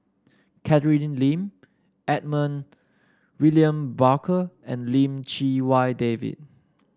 Catherine Lim Edmund William Barker and Lim Chee Wai David